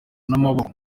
n’amaboko